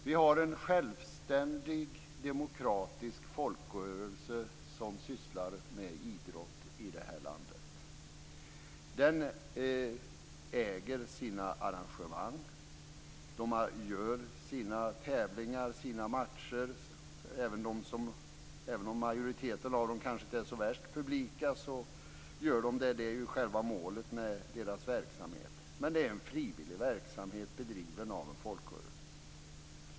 Vi har en självständig demokratisk folkrörelse som sysslar med idrott i det här landet. Den äger sina arrangemang. Den har sina tävlingar och matcher - även om majoriteten av dem kanske inte är så värst publika. Det är ju själva målet med dess verksamhet, och det är en frivillig verksamhet bedriven av en folkrörelse.